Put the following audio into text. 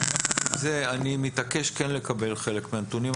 אני מתעקש כן לקבל חלק מהנתונים.